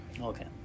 Okay